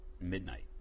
midnight